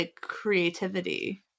creativity